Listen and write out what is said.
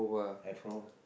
at home